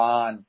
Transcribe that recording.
on